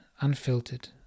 unfiltered